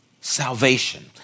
salvation